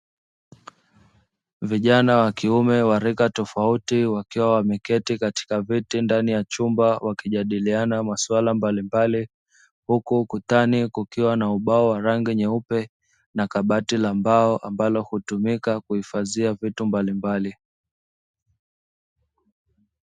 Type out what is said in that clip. Vijana wa kiume wa rika tofauti wakiwa wameketi katika viti ndani ya chumba wakijadiliana masuala mbalimbali, huku ukutani kukiwa na ubao wa rangi nyeupe na kabati la mbao ambalo hutumika kuhifadhia vitu mbalimbali.